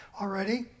already